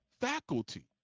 faculty